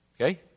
Okay